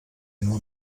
nur